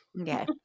Okay